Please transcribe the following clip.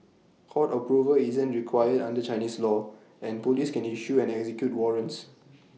court approval isn't required under Chinese law and Police can issue and execute warrants